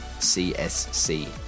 CSC